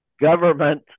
Government